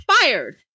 fired